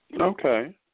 Okay